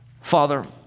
Father